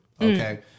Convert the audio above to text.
Okay